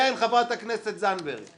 כן, חברת הכנסת זנדברג.